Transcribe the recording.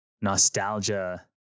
nostalgia